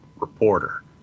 reporter